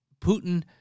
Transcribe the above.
Putin